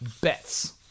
bets